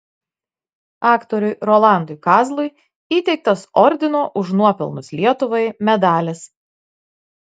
aktoriui rolandui kazlui įteiktas ordino už nuopelnus lietuvai medalis